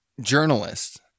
journalist